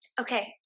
Okay